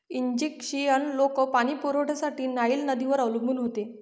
Egyptian लोक पाणी पुरवठ्यासाठी नाईल नदीवर अवलंबून होते